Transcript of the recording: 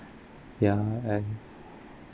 ya and